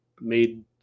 made